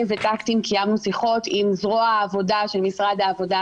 וטקטים קיימנו שיחות עם זרוע העבודה של משרד העבודה,